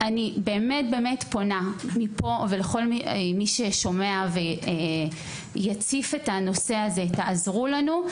אני באמת פונה לכל מי ששומע ויציף את הנושא הזה: תעזרו לנו.